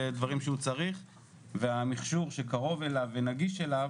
לדברים שהוא צריך והמכשור שקרוב אליו ונגיש אליו